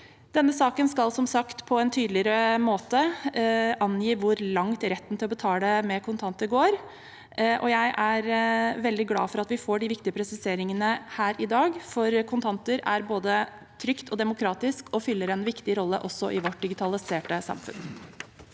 Denne saken skal som sagt på en tydeligere måte angi hvor langt retten til å betale med kontanter går. Jeg er veldig glad for at vi får de viktige presiseringene her i dag, for kontanter er både trygt og demokratisk, og fyller en viktig rolle også i vårt digitaliserte samfunn.